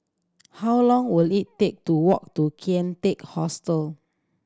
how long will it take to walk to Kian Teck Hostel